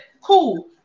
cool